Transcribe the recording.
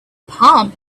palm